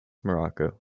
morocco